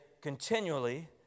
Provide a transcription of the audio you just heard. continually